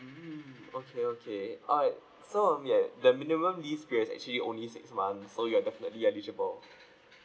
mmhmm okay okay alright so um yup the minimum lease period is actually only six months so you're definitely eligible